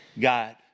God